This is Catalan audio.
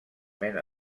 mena